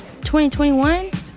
2021